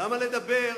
למה לדבר